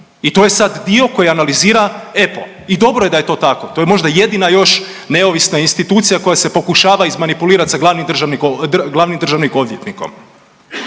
I to je sad dio koji analizira EPPO i dobro je da je to tako, to je možda jedina još neovisna institucija koja se pokušava izmanipulirati sa glavnim državnim